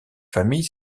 famille